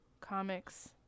comics